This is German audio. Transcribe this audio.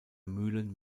mühlen